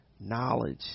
knowledge